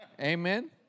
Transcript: Amen